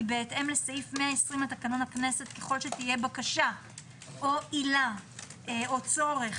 בהתאם לסעיף 120 לתקנון הכנסת ככל שתהיה בקשה אן עילה או צורך,